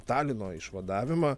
talino išvadavimą